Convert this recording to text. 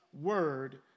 word